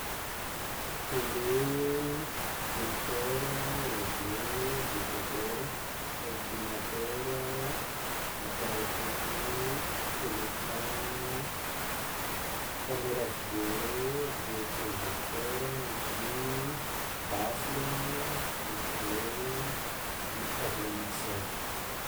Tele, lecteur, radio, decodeur, ordinateur, appareil photo, telefôna, camera video, video projecteur, ampli, baffle, micro, table mixeur.